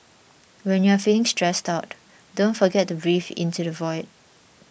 when you are feeling stressed out don't forget to breathe into the void